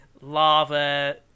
lava